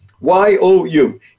Y-O-U